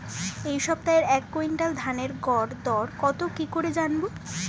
এই সপ্তাহের এক কুইন্টাল ধানের গর দর কত কি করে জানবো?